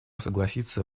согласиться